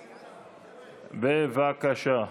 בבקשה.